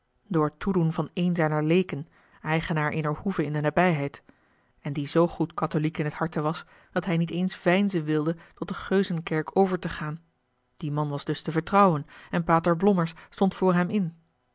door toedoen van een zijner leeken eigenaar eener hoeve in de nabijheid en die zoo goed katholiek in t harte was dat hij niet eens veinzen wilde tot de geuzenkerk over te gaan die man was dus te vertrouwen en pater blommers stond voor a l